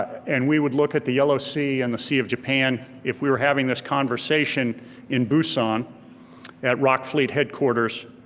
and we would look at the yellow sea and the sea of japan, if we were having this conversation in busan at rock fleet headquarters,